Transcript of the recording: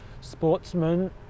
sportsman